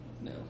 No